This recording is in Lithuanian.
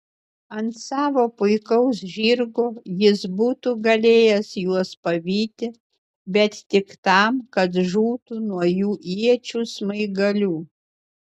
ant savo puikaus žirgo jis būtų galėjęs juos pavyti bet tik tam kad žūtų nuo jų iečių smaigalių